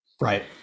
Right